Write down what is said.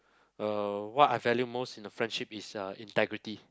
uh what I value most in the friendship is uh integrity